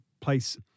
place